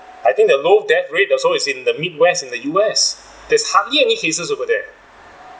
I think the low death rate also in the midwest in the U_S there's hardly any cases over there